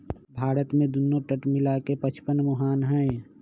भारत में दुन्नो तट मिला के पचपन मुहान हई